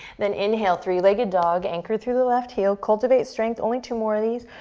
then inhale, three legged dog. anchor through the left heel, cultivate strength. only two more of these.